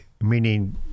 meaning